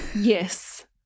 Yes